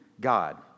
God